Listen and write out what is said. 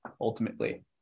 ultimately